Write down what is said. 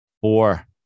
Four